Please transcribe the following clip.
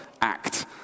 act